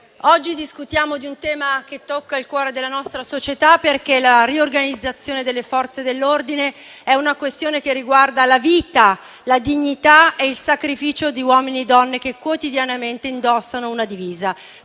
oggi discutiamo di un tema che tocca il cuore della nostra società, perché la riorganizzazione delle Forze dell'ordine è una questione che riguarda la vita, la dignità e il sacrificio di uomini e donne che quotidianamente indossano una divisa